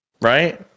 right